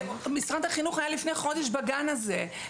משרד החינוך היה לפני חודש בגן הזה,